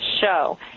show